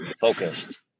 focused